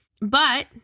but-